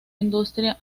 industria